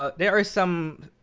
ah there are some